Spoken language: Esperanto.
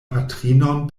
patrinon